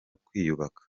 kwiyubaka